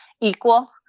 equal